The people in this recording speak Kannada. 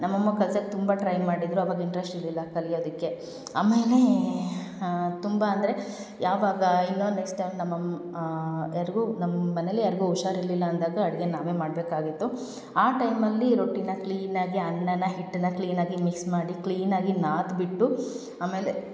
ನಮ್ಮ ಅಮ್ಮ ಕಲ್ಸಕ್ಕೆ ತುಂಬ ಟ್ರೈ ಮಾಡಿದರು ಅವಾಗ ಇಂಟ್ರೆಸ್ಟ್ ಇರಲಿಲ್ಲ ಕಲ್ಯೋದಕ್ಕೆ ಆಮೇಲೆ ತುಂಬ ಅಂದರೆ ಯಾವಾಗ ಇನ್ನೊಂದು ನೆಕ್ಸ್ಟ್ ಟೈಮ್ ನಮ್ಮ ಅಮ್ಮ ಯಾರಿಗೋ ನಮ್ಮ ಮನೆಯಲ್ಲಿ ಯಾರಿಗೋ ಹುಷಾರಿರ್ಲಿಲ್ಲ ಅಂದಾಗ ಅಡುಗೆ ನಾವೇ ಮಾಡಬೇಕಾಗಿತ್ತು ಆ ಟೈಮಲ್ಲಿ ರೊಟ್ಟಿನ ಕ್ಲೀನಾಗಿ ಅನ್ನನ ಹಿಟ್ಟನ್ನು ಕ್ಲೀನಾಗಿ ಮಿಕ್ಸ್ ಮಾಡಿ ಕ್ಲೀನಾಗಿ ನಾದಿಬಿಟ್ಟು ಆಮೇಲೆ